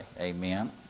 Amen